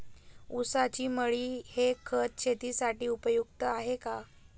ऊसाची मळी हे खत शेतीसाठी उपयुक्त आहे का?